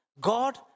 God